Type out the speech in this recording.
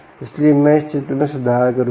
इसलिए मैं इस चित्र में सुधार करूंगा